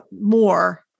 more